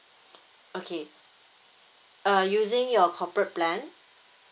okay uh using your corporate plan